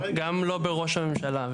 גם לא בראש הממשלה.